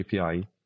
API